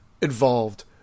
involved